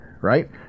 right